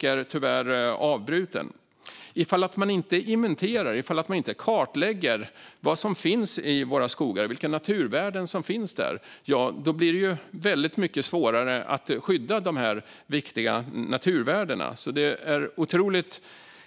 Den är tyvärr avbruten. Om man inte inventerar och inte kartlägger vad som finns i våra skogar, vilka naturvärden som finns där, blir det väldigt mycket svårare att skydda de viktiga naturvärdena. Det är alltså otroligt